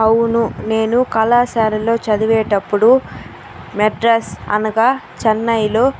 అవును నేను కళాశాలలో చదివేటప్పుడు మద్రాస్ అనగా చెన్నైలో